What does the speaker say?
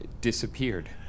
Disappeared